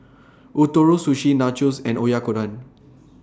Ootoro Sushi Nachos and Oyakodon